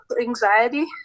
anxiety